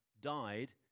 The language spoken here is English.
died